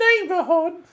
neighborhood